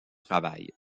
travail